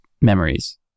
memories